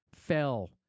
Fell